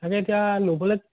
তাকে এতিয়া ল'বলৈ